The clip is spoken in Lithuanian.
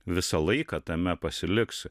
visą laiką tame pasiliksi